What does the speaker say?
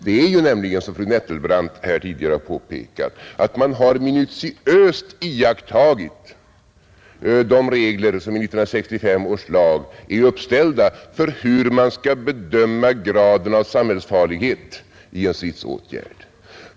Det är nämligen så, som fru Nettelbrandt här tidigare har påpekat, att man har minutiöst iakttagit de regler som i 1965 års lag är uppställda för hur man skall bedöma graden av samhällsfarlighet i en stridsåtgärd.